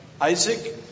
Isaac